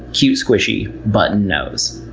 cute, squishy, button nose.